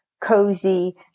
cozy